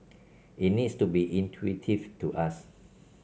it needs to be intuitive to us